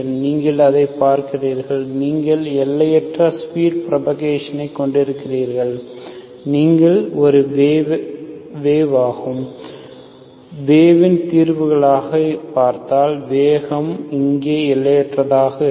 நீங்கள் அதைப் பார்க்கிறீர்கள் நீங்கள் எல்லையற்ற ஸ்பீட் பிராபாகேஷன் ஐ கொண்டிருக்கிறீர்கள் நீங்கள் ஒரு வேவ் ஆகவும் வேவ் இன் தீர்வாகவும் பார்த்தால் வேகம் இங்கே எல்லையற்றதாக இருக்கும்